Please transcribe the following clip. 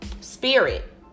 spirit